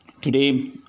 today